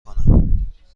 کنم